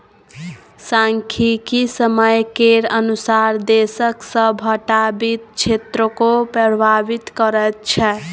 सांख्यिकी समय केर अनुसार देशक सभटा वित्त क्षेत्रकेँ प्रभावित करैत छै